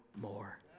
more